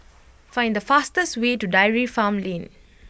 find the fastest way to Dairy Farm Lane